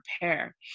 prepare